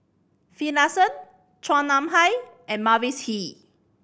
Finlayson Chua Nam Hai and Mavis Hee